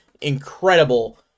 incredible